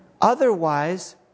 Otherwise